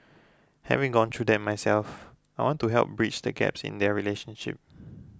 having gone through that myself I want to help bridge the gaps in their relationship